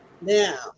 Now